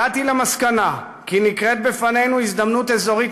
הגעתי למסקנה כי נקרית בפנינו הזדמנות אזורית